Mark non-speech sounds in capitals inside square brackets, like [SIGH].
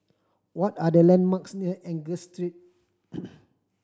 what are the landmarks near Angus Street [NOISE]